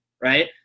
right